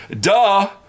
duh